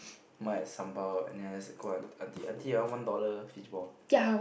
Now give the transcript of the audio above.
mine has sambal and I just go auntie auntie I want one dollar fish ball